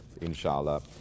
inshallah